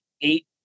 eight